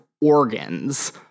organs